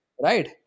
Right